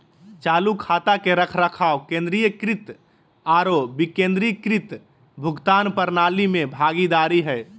चालू खाता के रखरखाव केंद्रीकृत आरो विकेंद्रीकृत भुगतान प्रणाली में भागीदार हइ